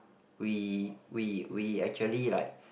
we we we actually like